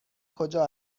کجا